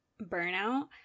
burnout